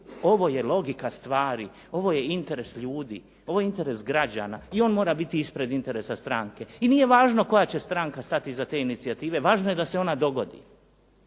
ovo je logika stvari. Ovo je interes ljudi, ovo je interes građana i on mora biti ispred interesa stranke. I nije važno koja će stranka stati iza te inicijative, važno je da se ona dogodi.